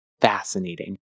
fascinating